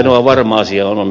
ainoa varma asia on